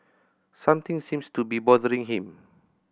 something seems to be bothering him